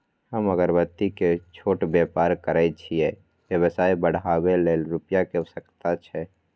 हम अगरबत्ती के छोट व्यापार करै छियै व्यवसाय बढाबै लै रुपिया के आवश्यकता छै?